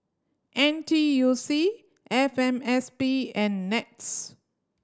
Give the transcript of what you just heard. N T U C F M S P and NETS